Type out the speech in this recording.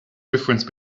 difference